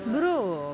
brother